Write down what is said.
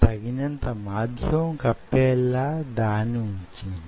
తగినంత మాధ్యమం కప్పేలా దాన్ని వుంచండి